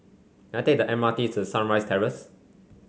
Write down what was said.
can I take the M R T to Sunrise Terrace